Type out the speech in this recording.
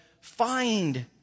find